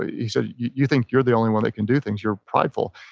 he said, you think you're the only one that can do things. you're prideful.